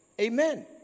Amen